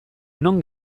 non